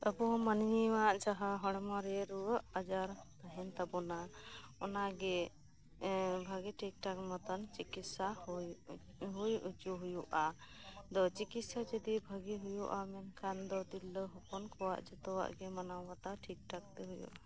ᱟᱵᱚ ᱢᱟᱹᱱᱢᱤ ᱢᱟ ᱡᱟᱦᱟ ᱦᱚᱲᱚᱢᱚ ᱨᱮ ᱨᱩᱭᱟᱜ ᱟᱡᱟᱨ ᱛᱟᱸᱦᱮᱱ ᱛᱟᱵᱚᱱᱟ ᱚᱱᱟ ᱜᱮ ᱵᱷᱟᱜᱤ ᱴᱷᱤᱠ ᱴᱷᱟᱠ ᱢᱚᱛᱚᱱ ᱪᱤᱠᱤᱥᱟ ᱦᱩᱭ ᱯᱮ ᱦᱩᱭ ᱚᱪᱚ ᱦᱩᱭᱩᱜᱼᱟ ᱟᱫᱚ ᱪᱤᱠᱤᱥᱟ ᱡᱩᱫᱤ ᱵᱷᱟᱜᱤ ᱦᱩᱭᱩᱜᱼᱟ ᱢᱮᱱᱠᱷᱟᱱ ᱫᱚ ᱛᱤᱨᱞᱟᱹ ᱦᱚᱯᱚᱱ ᱠᱚᱣᱟᱜ ᱡᱚᱛᱚᱭᱟᱜ ᱜᱮ ᱢᱟᱱᱟᱣ ᱵᱟᱛᱟᱣ ᱴᱷᱤᱠ ᱴᱷᱟᱠᱛᱮ ᱦᱩᱭᱩᱜᱼᱟ